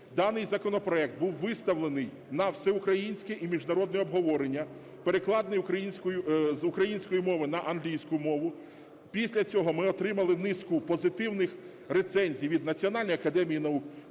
даний законопроект був виставлений на всеукраїнське і міжнародне обговорення, перекладений з української мови на англійську мову. Після цього ми отримали низку позитивних рецензій від Національної академії наук,